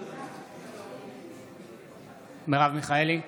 אינה נוכחת חנוך דב מלביצקי, נגד יוליה